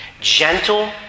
Gentle